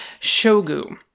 Shogu